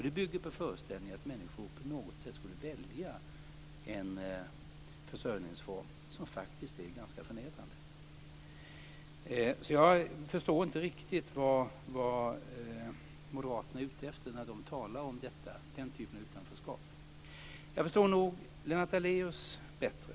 Det bygger på föreställningen att människor på något sätt skulle välja en försörjningsform som faktiskt är ganska förnedrande. Jag förstår inte riktigt vad Moderaterna är ute efter när de talar om den typen av utanförskap. Jag förstår nog Lennart Daléus bättre.